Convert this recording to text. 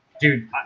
Dude